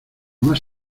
más